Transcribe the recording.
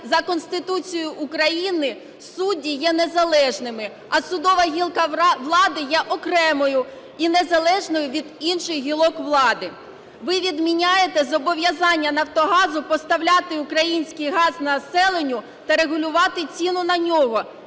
за Конституцією України судді є незалежними, а судова гілка влади є окремою і незалежною від інших гілок влади. Ви відміняєте зобов'язання "Нафтогазу" поставляти український газ населенню та регулювати ціну на нього.